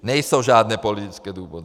Nejsou žádné politické důvody.